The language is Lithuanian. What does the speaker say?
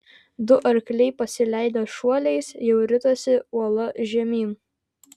du arkliai pasileidę šuoliais jau ritosi uola žemyn